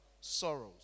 sorrows